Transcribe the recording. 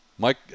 Mike